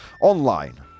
online